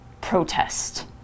protest